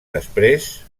després